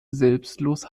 selbstlos